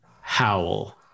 howl